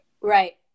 Right